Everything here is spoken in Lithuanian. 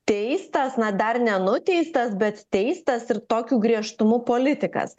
teistas na dar nenuteistas bet teistas ir tokiu griežtumu politikas